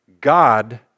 God